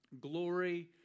glory